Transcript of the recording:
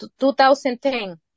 2010